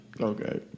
Okay